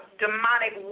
demonic